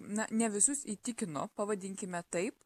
na ne visus įtikino pavadinkime taip